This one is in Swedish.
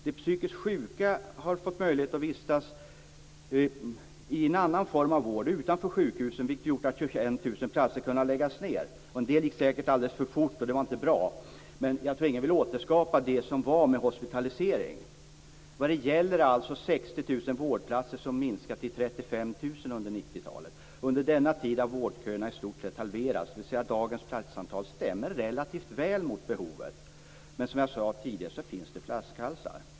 De psykiskt sjuka har fått möjlighet att vistas i en annan form av vård, utanför sjukhusen, vilket gjort att 21 000 platser har kunnat läggas ned. En del gick säkert alldeles för fort, och det var inte bra, men jag tror inte att någon vill återskapa det som var med hospitalisering och annat. Vad det gäller är alltså 60 000 vårdplatser som minskat till 35 000 under 90-talet. Under denna tid har vårdköerna i stort sett halverats, dvs. dagens platsantal stämmer relativt väl överens med behovet. Men som jag sade tidigare finns det flaskhalsar.